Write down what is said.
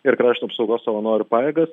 ir krašto apsaugos savanorių pajėgas